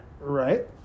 Right